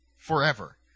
forever